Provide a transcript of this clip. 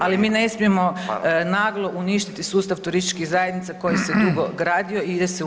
Ali mi ne smijemo naglo uništiti sustav turističkih zajednica koji se dugo gradio i ide se u